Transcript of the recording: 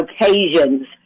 occasions